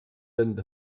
denn